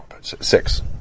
six